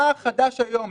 מה חדש היום?